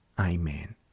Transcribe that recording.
Amen